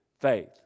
faith